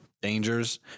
dangers